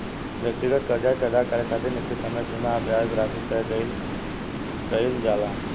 व्यक्तिगत कर्जा के अदा करे खातिर निश्चित समय सीमा आ ब्याज राशि तय कईल जाला